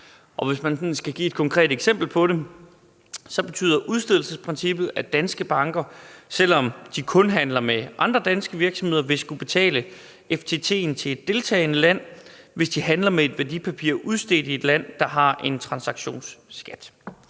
sådan skal give et konkret eksempel på det, så betyder udstedelsesprincippet, at danske banker, selv om de kun handler med andre danske virksomheder, vil skulle betale FTT'en til et deltagende land, hvis de handler med et værdipapir udstedt i et land, der har en transaktionsskat.